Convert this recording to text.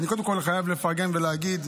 אני קודם כול חייב לפרגן ולהגיד,